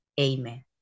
Amen